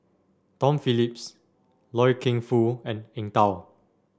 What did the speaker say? Tom Phillips Loy Keng Foo and Eng Tow